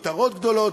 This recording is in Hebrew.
כותרות גדולות,